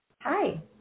Hi